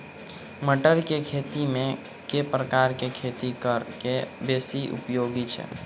मटर केँ खेती मे केँ प्रकार केँ खेती करऽ केँ विधि बेसी उपयोगी छै?